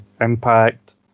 Impact